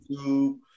youtube